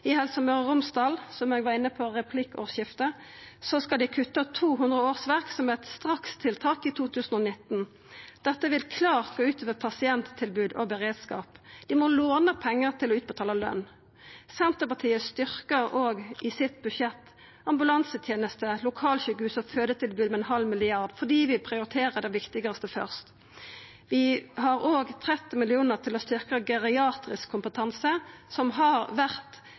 I Helse Møre og Romsdal skal dei, som eg var inne på i replikkordskiftet, kutta 200 årsverk som eit strakstiltak i 2019. Dette vil klart gå ut over pasienttilbod og beredskap. Dei må låna pengar til å utbetala løn. Senterpartiet styrkjer òg i sitt budsjett ambulanseteneste, lokalsjukehus og fødetilbod med 0,5 mrd. kr – fordi vi prioriterer det viktigaste først. Vi har òg 30 mill. kr til å styrkja geriatrisk kompetanse, som har vore